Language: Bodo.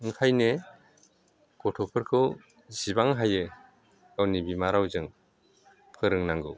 ओंखायनो गथ'फोरखौ जिसिबां हायो गावनि बिमा रावजों फोरोंनांगौ